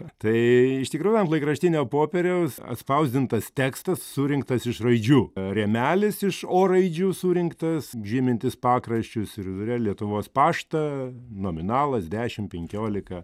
tai iš tikrųjų ant laikraštinio popieriaus atspausdintas tekstas surinktas iš raidžių rėmelis iš o raidžių surinktas žymintis pakraščius ir viduryje lietuvos paštą nominalas dešim penkiolika